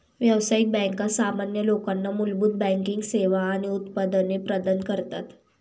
व्यावसायिक बँका सामान्य लोकांना मूलभूत बँकिंग सेवा आणि उत्पादने प्रदान करतात